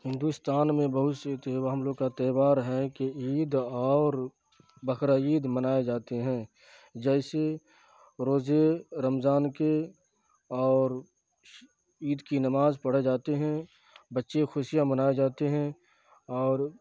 ہندوستان میں بہت سے ہم لوگ کا تہوار ہے کہ عید اور بقرا عید منائے جاتے ہیں جیسے روزے رمضان کے اور عید کی نماز پڑھے جاتے ہیں بچے خوشیاں منائے جاتے ہیں اور